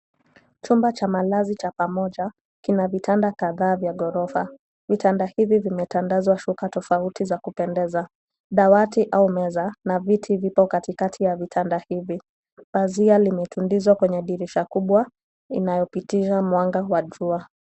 Chumba cha malazi cha pamoja kina vitanda kadhaa vya ghorofa. Vitanda hivi vimetandazwa shuka tofauti za kupendeza. Dawati au meza na viti vipo katikati ya vitanda hivi . Pazia limetundizwa kwenye dirisha kubwa inayopitisha mwanga wa jua.